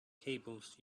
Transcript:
cables